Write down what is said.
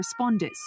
responders